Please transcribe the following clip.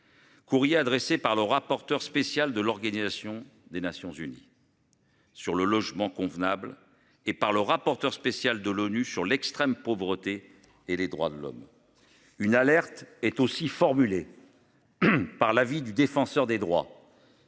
Courrier adressé par le rapporteur spécial de l'Organisation des Nations-Unies. Sur le logement convenable et par le rapporteur spécial de l'ONU sur l'extrême pauvreté et les droits de l'homme. Une alerte est aussi formulé. Par l'avis du défenseur des droits.